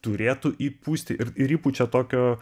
turėtų įpūsti ir ir įpučia tokio